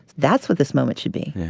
that's what this moment should be yeah.